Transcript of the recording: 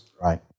right